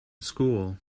school